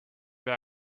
them